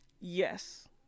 yes